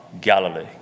Galilee